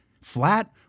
flat